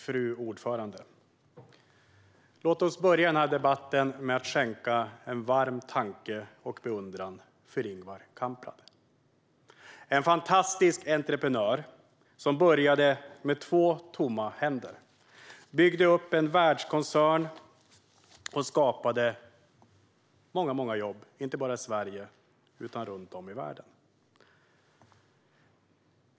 Fru talman! Låt oss börja denna debatt med att skänka en varm tanke till och visa beundran för Ingvar Kamprad! Det var en fantastisk entreprenör, som började med två tomma händer, byggde upp en världskoncern och skapade många, många jobb inte bara i Sverige utan också runt om i världen.